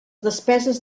despeses